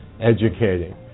educating